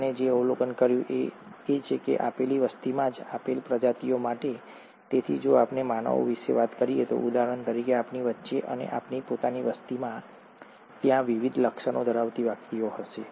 તેમણે જે અવલોકન કર્યું તે એ છે કે આપેલ વસ્તીમાં જ આપેલ પ્રજાતિઓ માટે તેથી જો આપણે માનવો વિશે વાત કરીએ ઉદાહરણ તરીકે આપણી વચ્ચે અને આપણી પોતાની વસ્તીમાં ત્યાં વિવિધ લક્ષણો ધરાવતી વ્યક્તિઓ હશે